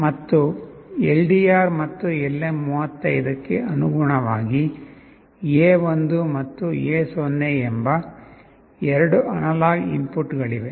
ಮತ್ತು LDR ಮತ್ತು LM35 ಗೆ ಅನುಗುಣವಾಗಿ A1 ಮತ್ತು A0 ಎಂಬ ಎರಡು ಅನಲಾಗ್ ಇನ್ಪುಟ್ಗಳಿವೆ